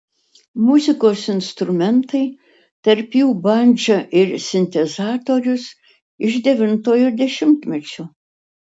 muzikos instrumentai tarp jų bandža ir sintezatorius iš devintojo dešimtmečio